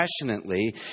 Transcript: passionately